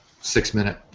six-minute